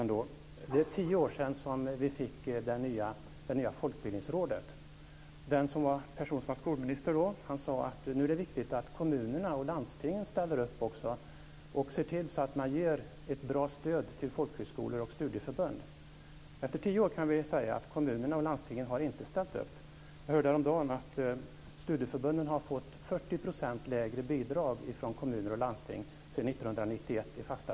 För tio år sedan fick vi det nya Folkbildningsrådet. Den person som då var skolminister sade att det nu är viktigt att också kommunerna och landstingen ställer upp och ger ett bra stöd till folkhögskolor och studieförbund. Efter tio år kan vi säga att kommunerna och landstingen inte har ställt upp. Jag hörde häromdagen att studieförbunden i fasta priser har fått 40 % lägre bidrag från kommuner och landsting sedan 1991.